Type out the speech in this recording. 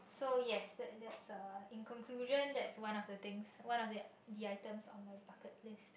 so yes that's that's a in conclusion that's one of the things one of the item in my bucket list